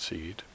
Seed